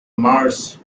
mars